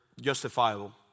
justifiable